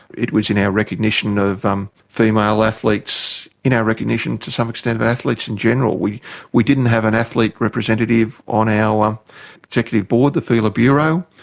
it was in our recognition of um female athletes, in our recognition to some extent of athletes in general. we we didn't have an athlete representative on our executive board, the fila bureau,